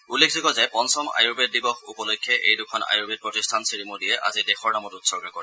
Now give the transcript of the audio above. উল্লেখযোগ্য যে পঞ্চম আয়ুৰ্বেদ দিৱস উপলক্ষে এই দুখন আয়ুৰ্বেদ প্ৰতিষ্ঠান শ্ৰীমোদীয়ে আজি দেশৰ নামত উৎসৰ্গা কৰে